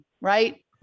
Right